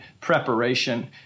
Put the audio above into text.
preparation